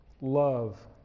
love